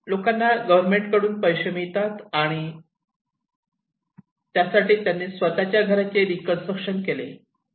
लोकांना गव्हर्नमेंट कडून पैसे मिळतात आणि त्यांनी स्वत च्या घराची रीकन्स्ट्रक्शन केले